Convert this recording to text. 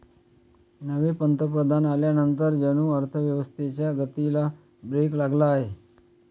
नवे पंतप्रधान आल्यानंतर जणू अर्थव्यवस्थेच्या गतीला ब्रेक लागला आहे